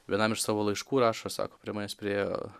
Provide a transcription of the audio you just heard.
vienam iš savo laiškų rašo sako prie manęs priėjo